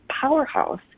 powerhouse